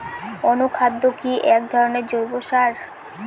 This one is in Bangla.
অনুখাদ্য কি এক ধরনের জৈব সার?